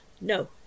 No